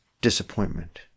disappointment